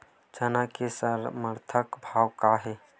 चना के समर्थन भाव का हे?